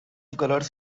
colours